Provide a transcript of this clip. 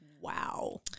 Wow